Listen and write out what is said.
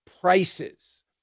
prices